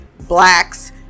blacks